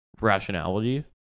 rationality